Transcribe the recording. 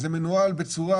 זה מנוהל בצורה